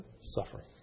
suffering